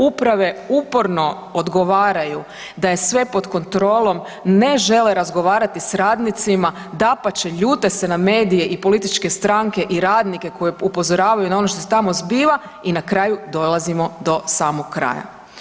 Uprave uporno odgovaraju da je sve pod kontrolom ne žele razgovarati sa radnicima, dapače ljute se ne medije i političke stranke i radnike koji upozoravaju na ono što se tamo zbiva i na kraju dolazimo do samog kraja.